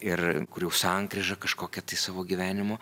ir kurių sankryžą kažkokią tai savo gyvenimo